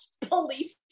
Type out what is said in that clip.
police